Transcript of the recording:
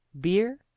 beer